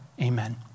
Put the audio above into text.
Amen